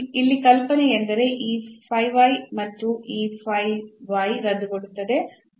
ಇಲ್ಲಿ ಕಲ್ಪನೆ ಎಂದರೆ ಈ ಮತ್ತು ಈ ರದ್ದುಗೊಳ್ಳುತ್ತದೆ